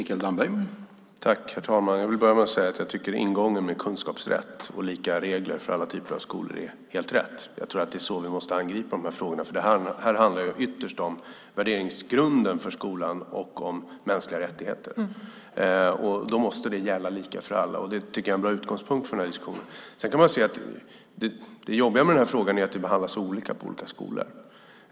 Herr talman! Jag vill börja med att säga att jag tycker att ingången med kunskapsrätt och lika regler för alla typer av skolor är helt rätt. Jag tror att det är så vi måste angripa de här frågorna, för här handlar det ytterst om värderingsgrunden för skolan och om mänskliga rättigheter. Då måste det gälla lika för alla. Det tycker jag är en bra utgångspunkt för den här diskussionen. Det jobbiga med den här frågan är att det behandlas olika på olika skolor.